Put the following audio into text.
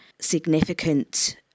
significant